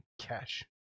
cash